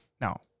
Now